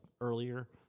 earlier